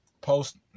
Post